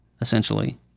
essentially